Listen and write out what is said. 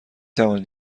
توانید